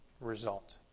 result